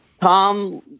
Tom